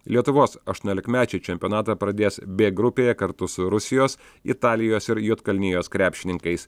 lietuvos aštuoniolikmečių čempionatą pradės b grupėje kartu su rusijos italijos ir juodkalnijos krepšininkais